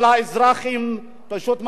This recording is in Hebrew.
אבל האזרחים פשוט מפסידים.